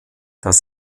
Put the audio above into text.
dass